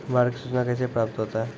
बाढ की सुचना कैसे प्राप्त होता हैं?